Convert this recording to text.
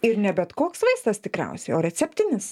ir ne bet koks vaistas tikriausiai o receptinis